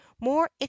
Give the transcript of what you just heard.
more